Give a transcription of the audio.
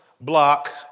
block